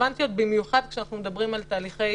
במיוחד כשאנחנו מדברים על תהליכי